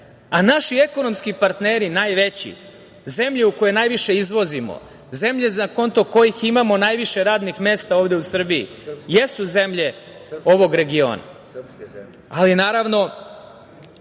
a naši ekonomski partneri najveći, zemlja u koju najviše izvozimo, zemlja za konto kojih imamo najviše radnih mesta ovde u Srbiji, jesu zemlje ovog regiona. To podrazumeva